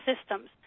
systems